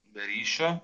be ryšio